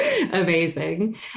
Amazing